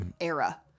era